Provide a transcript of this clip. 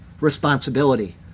responsibility